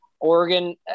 Oregon